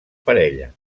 parella